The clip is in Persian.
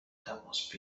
تماس